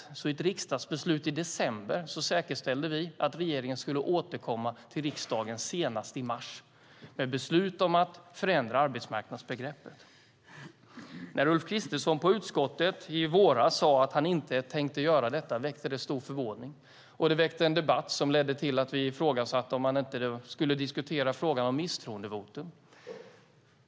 Med ett riksdagsbeslut i december säkerställde vi att regeringen skulle återkomma till riksdagen senast i mars med förslag om att förändra arbetsmarknadsbegreppet. När Ulf Kristersson i utskottet i våras sade att han inte tänkte göra detta väckte det stor förvåning. Det väckte en debatt som ledde till att vi ifrågasatte om man inte skulle diskutera frågan om misstroendevotum.